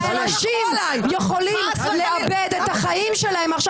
אנשים יכולים לאבד את החיים שלהם עכשיו